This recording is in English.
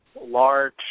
large